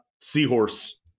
seahorse